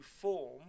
form